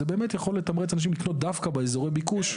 זה באמת יכול לתמרץ אנשים לקנות דווקא באזורי ביקוש.